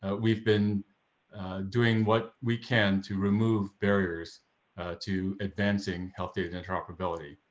we've been doing what we can to remove barriers to advancing health data interoperability.